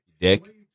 Dick